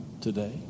today